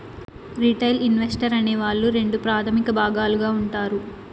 retail investor అనే వాళ్ళు రెండు ప్రాథమిక భాగాలుగా ఉంటారు